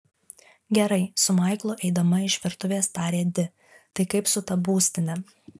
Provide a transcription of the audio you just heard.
gerai su maiklu eidama iš virtuvės tarė di tai kaip su ta būstine